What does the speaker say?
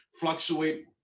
fluctuate